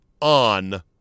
On